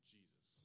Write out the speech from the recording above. Jesus